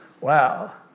wow